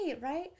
right